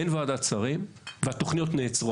אין ועדת שרים והתוכניות נעצרו.